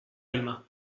vilma